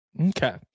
okay